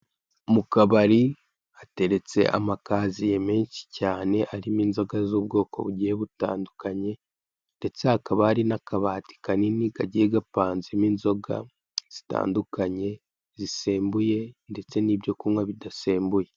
Mu kabari hateretse amakaziye menshi cyane arimo inzoga z'ubwoko bugiye butandukanye, ndetse hakaba hari n'akabati kanini kagiye gapanzemo inzoga zitandukanye zisembuye, ndetse n'ibyo kunywa bidasembuye.